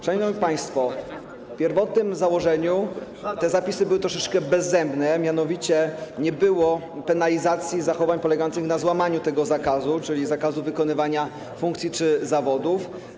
Szanowni państwo, w pierwotnym założeniu te zapisy były troszeczkę bezzębne, mianowicie nie było penalizacji zachowań polegających na złamaniu tego zakazu, czyli zakazu wykonywania funkcji czy zawodów.